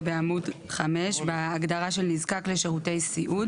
זה בעמוד 5, בהגדרה של נזקק לשירותי סיעוד.